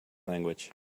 language